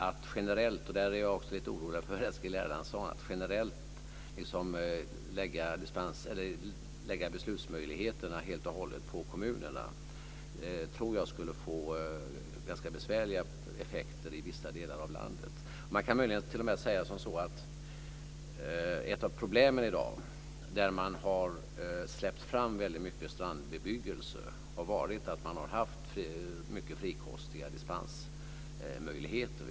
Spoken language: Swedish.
Att generellt - i fråga om detta är jag också lite orolig när det gäller Eskil Erlandsson - lägga beslutsmöjligheterna helt och hållet på kommunerna tror jag skulle få ganska besvärliga effekter i vissa delar av landet. Man kan möjligen t.o.m. säga att ett av problemen i dag där man har tillåtit mycket strandbebyggelse har varit att man har haft mycket frikostiga dispensmöjligheter.